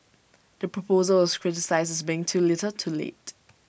the proposal was criticised as being too little too late